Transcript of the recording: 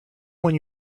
when